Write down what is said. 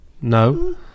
No